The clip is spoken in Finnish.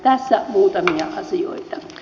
tässä muutamia asioita